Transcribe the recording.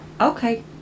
Okay